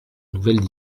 nouvelles